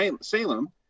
Salem